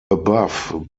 above